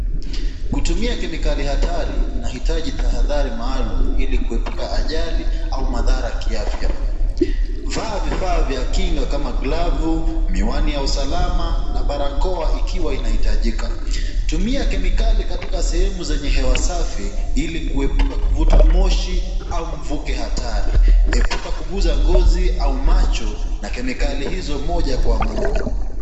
Kutumia kemikali hatari inahitaji taadhari maalum ili kuepuka ajali au madhara ya kiafya. Vaa vifaa vya kinga kama glavu, miwani ya usalama na barakoa ikiwa inahitajika. Tumia kemikali katika sehemu zenye hewa safi ili kuepuka kuvuta moshi, au mvuke hatari. Epuka kuguza ngozi au macho na kemikali hizo moja kwa moja.